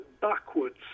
backwards